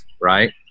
right